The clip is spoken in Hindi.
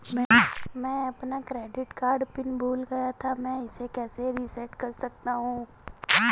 मैं अपना क्रेडिट कार्ड पिन भूल गया था मैं इसे कैसे रीसेट कर सकता हूँ?